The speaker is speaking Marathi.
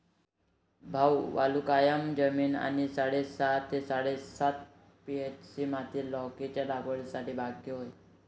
भाऊ वालुकामय जमीन आणि साडेसहा ते साडेसात पी.एच.ची माती लौकीच्या लागवडीसाठी योग्य आहे